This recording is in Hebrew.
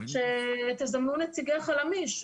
שתזמנו נציגי חלמיש,